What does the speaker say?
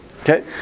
okay